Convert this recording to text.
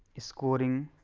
scoring